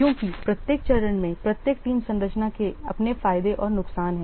क्योंकि प्रत्येक चरण में प्रत्येक टीम संरचना के अपने फायदे और नुकसान हैं